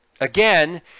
again